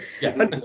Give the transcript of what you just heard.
Yes